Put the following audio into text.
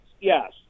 Yes